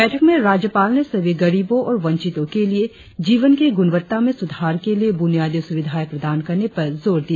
बैठक में राज्यपाल ने सभी गरीबों और वंचितों के लिए जीवन की गुणवत्ता में सुधार के लिए बुनियादी सुविधाए प्रदान करने पर जोर दिया